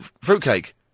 Fruitcake